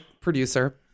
producer